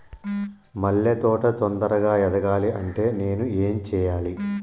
మల్లె తోట తొందరగా ఎదగాలి అంటే నేను ఏం చేయాలి?